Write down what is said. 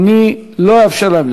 אני רק אומר.